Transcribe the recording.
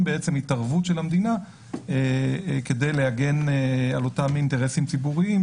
התערבות של המדינה כדי להגן על אותם אינטרסים ציבוריים